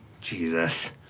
Jesus